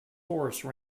horse